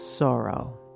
Sorrow